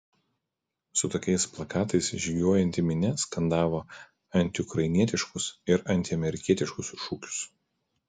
su tokiais plakatais žygiuojanti minia skandavo antiukrainietiškus ir antiamerikietiškus šūkius